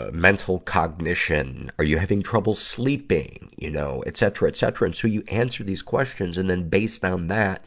ah mental cognition? are you having trouble sleeping? you know, etcetera, etcetera. and so, you answer these questions, and then based on that